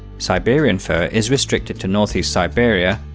siberian fir is restricted to ne siberia,